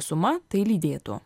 suma tai lydėtų